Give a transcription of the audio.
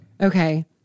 Okay